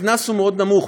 הקנס הוא מאוד נמוך,